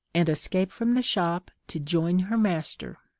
and escape from the shop to join her master.